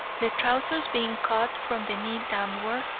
the trousers being cut from the knee downward,